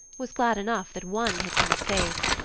was glad enough that one had come safe.